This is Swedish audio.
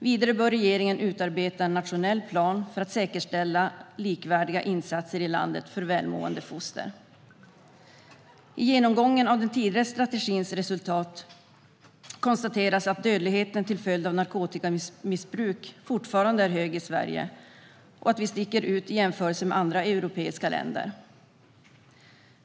Vidare bör regeringen utarbeta en nationell plan för att säkerställa likvärdiga insatser i landet för välmående foster. I genomgången av den tidigare strategins resultat konstateras att dödligheten till följd av narkotikamissbruk fortfarande är hög i Sverige och att vi sticker ut i jämförelse med andra europeiska länder.